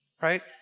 right